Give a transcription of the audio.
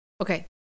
Okay